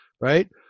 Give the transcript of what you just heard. Right